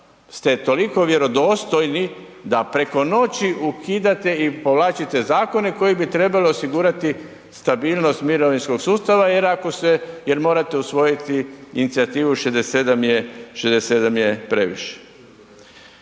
ste toliko vjerodostojni da preko noći ukidate i povlačite zakone koji bi trebali osigurati stabilnost mirovinskog sustava jer morate usvojiti inicijativu „67 je previše“.